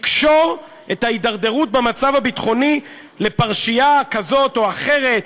לקשור את ההידרדרות במצב הביטחוני לפרשייה כזאת או אחרת,